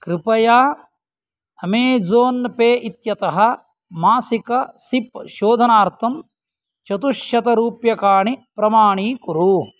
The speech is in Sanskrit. कृपया अमेजो़न् पे इत्यतः मासिक सिप् शोधनार्थं चतुश्शतरूप्यकाणि प्रमाणीकुरु